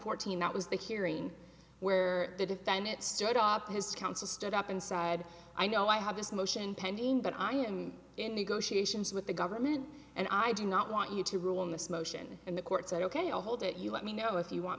fourteen that was the hearing where the defendant stood up his counsel stood up inside i know i have this motion pending but i'm in negotiations with the government and i do not want you to rule on this motion and the court said ok i'll hold it you let me know if you want